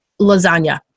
lasagna